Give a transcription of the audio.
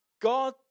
God